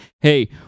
Hey